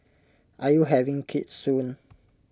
are you having kids soon